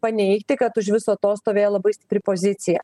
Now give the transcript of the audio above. paneigti kad už viso to stovėjo labai stipri pozicija